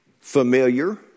Familiar